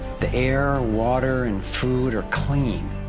the air, water and food are clean,